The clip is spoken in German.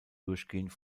durchgehend